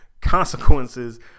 consequences